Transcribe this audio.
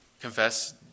confess